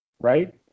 right